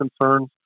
concerns